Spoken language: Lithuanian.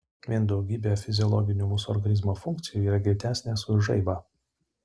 vien daugybė fiziologinių mūsų organizmo funkcijų yra greitesnės už žaibą